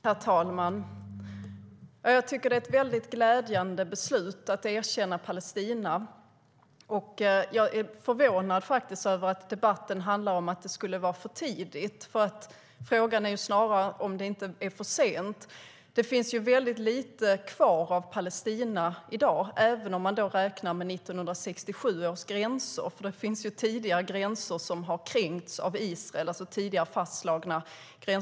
Herr talman! Jag tycker att beslutet att erkänna Palestina är glädjande, och jag är faktiskt förvånad över att debatten handlar om att det skulle vara för tidigt. Frågan är ju snarare om det inte är för sent. Det finns nämligen väldigt lite kvar av Palestina i dag, även om man räknar med 1967 års gränser. Det finns tidigare fastslagna gränser, från 1948, som har kränkts av Israel.